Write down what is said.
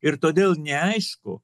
ir todėl neaišku